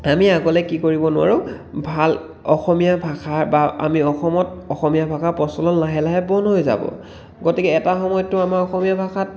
আমি আগলৈ কি কৰিব নোৱাৰোঁ ভাল অসমীয়া ভাষাৰ বা আমি অসমত অসমীয়া ভাষা প্ৰচলন লাহে লাহে বন্ধ হৈ যাব গতিকে এটা সময়ততো আমাৰ অসমীয়া ভাষাত